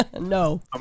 No